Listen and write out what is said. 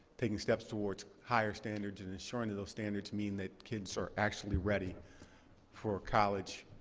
taking steps towards higher standards and ensuring that those standards mean that kids are actually ready for college,